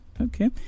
Okay